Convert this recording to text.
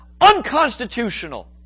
unconstitutional